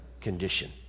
condition